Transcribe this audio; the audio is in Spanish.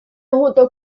junto